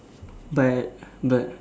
but but